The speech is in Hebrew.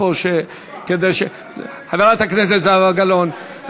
חברת הכנסת זהבה גלאון,